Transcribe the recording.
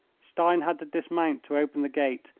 stein had to dismount to open the gate,